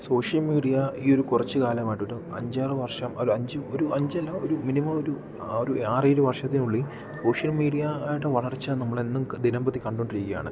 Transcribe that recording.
social media ഈ ഒരു കുറച്ചു കാലമായിട്ട് ഒരു അഞ്ച് ആറ് വർഷം അല്ല അഞ്ച് ഒരു അഞ്ച് അല്ല ഒരു മിനിമം ഒരു ഒരു ആറ് ഏഴ് വർഷത്തിനുള്ളിൽ സോഷ്യൽ മീഡിയ ആയിട്ട് വളർച്ച നമ്മൾ എന്നും ദിനം പ്രതി കണ്ടു കൊണ്ടിരിക്കുകയാണ്